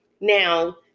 now